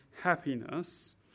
happiness